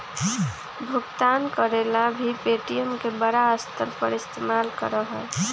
भुगतान करे ला भी पे.टी.एम के बड़ा स्तर पर इस्तेमाल करा हई